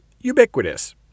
ubiquitous